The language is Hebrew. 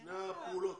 שתי הפעולות,